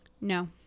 No